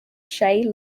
shay